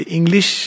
English